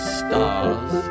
stars